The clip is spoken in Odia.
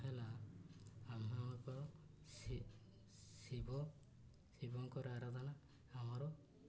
ହେଲା ଆମର ଶିବ ଶିବଙ୍କର ଆରାଧନା ଆମର